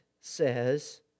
says